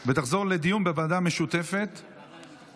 חוק ומשפט לדיון בהצעת חוק המאבק בכלי